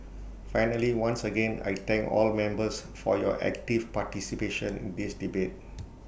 finally once again I thank all members for your active participation in this debate